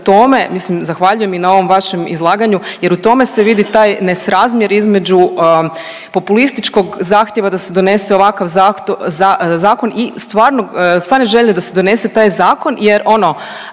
mislim zahvaljujem i na ovom vašem izlaganju jer u tome se vidi taj nesrazmjer između populističkog zahtjeva da se donese ovakav zakon i stvarne želje da se donese taj zakon jer ono